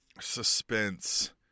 suspense